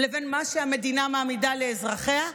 לבין מה שהמדינה מעמידה לאזרחיה,